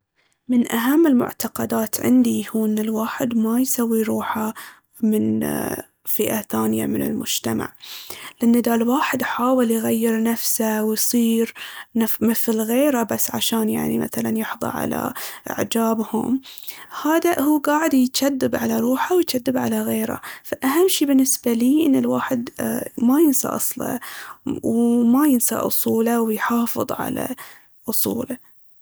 من أهم المعتقدات عندي هو ان الواحد ما يسوي روحه من فئة ثانية من المجتمع. لأن اذا الواحد حاول يغير نفسه ويصير مثل غيره بس عشان يعني مثلاً يحضى على إعجابهم، هاذا هو قاعد يجذب على روحه ويجذب على غيره. فأهم شي بالنسبة ليي ان الواحد ما ينسى أصله وما ينسى أصوله ويحافظ على أصوله.